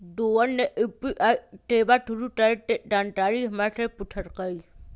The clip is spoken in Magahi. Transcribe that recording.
रोहन ने यू.पी.आई सेवा शुरू करे के जानकारी हमरा से पूछल कई